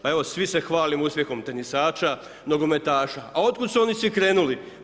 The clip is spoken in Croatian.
Pa evo svi se hvalimo uspjehom tenisača, nogometaša, a od kud su oni svi krenuli?